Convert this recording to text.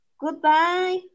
Goodbye